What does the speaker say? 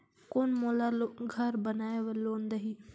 कौन मोला घर बनाय बार लोन देही?